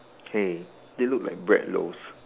hey they look like bread loaves